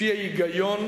על-פי ההיגיון,